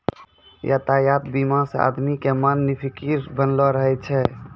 यातायात बीमा से आदमी के मन निफिकीर बनलो रहै छै